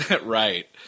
Right